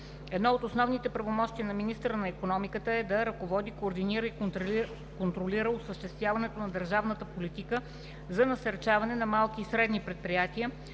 Едно от основните правомощия на министъра на икономиката е да ръководи, координира и контролира осъществяването на държавната политика за насърчаване на малките и средните предприятия